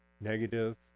negative